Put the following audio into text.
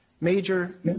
major